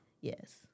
Yes